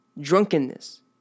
drunkenness